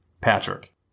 Patrick